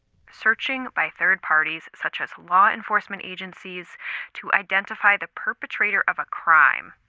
searching by third parties such as law enforcement agencies to identify the perpetrator of a crime,